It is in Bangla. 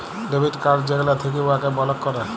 ডেবিট কাড় যেগলা থ্যাকে উয়াকে বলক ক্যরে